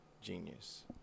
genius